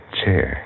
chair